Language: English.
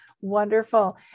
wonderful